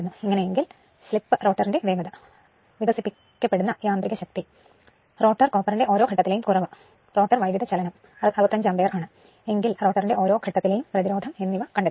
ഇങ്ങനെ എങ്കിൽ സ്ലിപ് റോട്ടറിന്റെ വേഗത വികസിപ്പിക്കപ്പെടുന്ന യാന്ത്രിക ശക്തി റോട്ടർ കോപ്പറിന്റെ ഓരോ ഘട്ടത്തിലെയും കുറവ് റോട്ടർ വൈദ്യുതചലനം 65 അംപീയെർ ആണ് എങ്കിൽ റോട്ടറിന്റെ ഓരോ ഘട്ടത്തിലെയും പ്രതിരോധം എന്നിവ കണ്ടെത്തുക